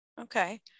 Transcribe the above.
Okay